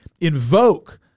invoke